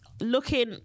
Looking